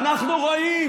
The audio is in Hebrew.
ואנחנו רואים,